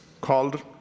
called